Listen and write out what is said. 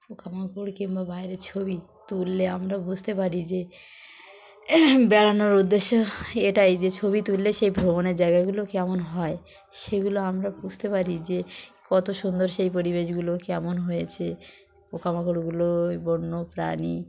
পোকামাকড় কিংবা বাইরের ছবি তুললে আমরা বুঝতে পারি যে বেড়ানোর উদ্দেশ্য এটাই যে ছবি তুললে সেই ভ্রমণের জায়গাগুলো কেমন হয় সেগুলো আমরা বুঝতে পারি যে কত সুন্দর সেই পরিবেশগুলো কেমন হয়েছে পোকামাকড়গুলো ওই বন্য প্রাণী